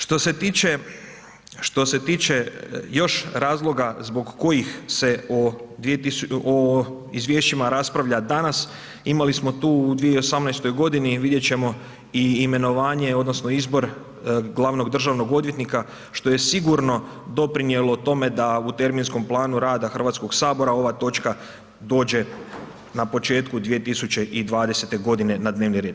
Što se tiče, što se tiče još razloga zbog kojih se o Izvješćima raspravlja danas, imali smo tu u 2018.-oj godini, vidjet ćemo i imenovanje odnosno izbor glavnog državnog odvjetnika, što je sigurno doprinjelo tome da u terminskom planu rada Hrvatskog sabora, ova točka dođe na početku 2020.-te godine na dnevni red.